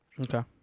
okay